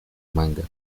manga